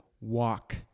walk